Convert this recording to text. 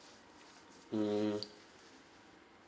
mm